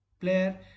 player